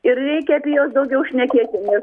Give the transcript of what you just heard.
ir reikia apie juos daugiau šnekėti nes